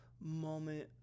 moment